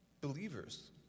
believers